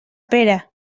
pera